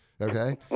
Okay